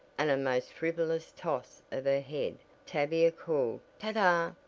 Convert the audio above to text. and a most frivolous toss of her head tavia called ta-ta!